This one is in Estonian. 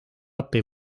appi